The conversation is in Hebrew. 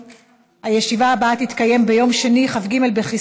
שבעה בעד, אין מתנגדים, אין נמנעים.